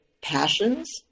passions